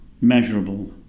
measurable